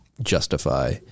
justify